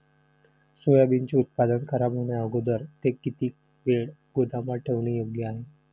सोयाबीनचे उत्पादन खराब होण्याअगोदर ते किती वेळ गोदामात ठेवणे योग्य आहे?